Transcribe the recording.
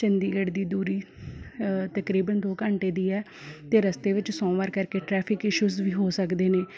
ਚੰਡੀਗੜ੍ਹ ਦੀ ਦੂਰੀ ਤਕਰੀਬਨ ਦੋ ਘੰਟੇ ਦੀ ਹੈ ਅਤੇ ਰਸਤੇ ਵਿੱਚ ਸੋਮਵਾਰ ਕਰਕੇ ਟ੍ਰੈਫ਼ਿਕ ਈਸ਼ੂਜ਼ ਵੀ ਹੋ ਸਕਦੇ ਨੇ